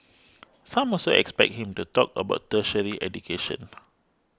some also expect him to talk about tertiary education